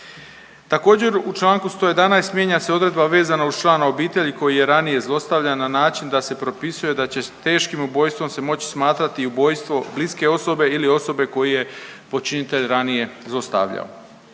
Također, u Članku 111. mijenja se odredba vezana uz člana obitelji koji je ranije zlostavljan na način da se propisuje da će teškim ubojstvom se moći smatrati i ubojstvo bliske osobe ili osobe koju je počinitelj ranije zlostavljao.